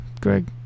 Greg